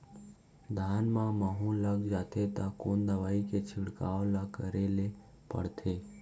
धान म माहो लग जाथे त कोन दवई के छिड़काव ल करे ल पड़थे?